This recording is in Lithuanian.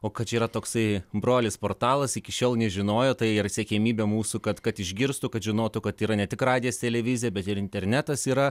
o kad čia yra toksai brolis portalas iki šiol nežinojo tai ir siekiamybė mūsų kad kad išgirstų kad žinotų kad yra ne tik radijas televizija bet ir internetas yra